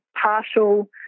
partial